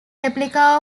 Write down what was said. replica